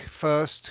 first